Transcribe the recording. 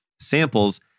samples